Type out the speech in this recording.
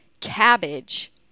cabbage